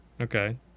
Okay